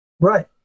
Right